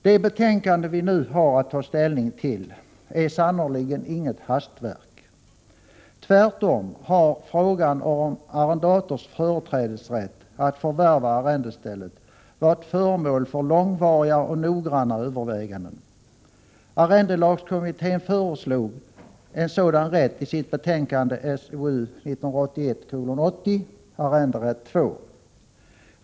Det betänkande vi nu har att ta ställning till är sannerligen inget hastverk. Tvärtom har frågan om arrendators företrädesrätt att förvärva arrendestället varit föremål för långvariga och noggranna överväganden. Arrendelagskommittén föreslog en sådan rätt i sitt betänkande SOU 1981:80 Arrenderätt 2.